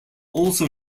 also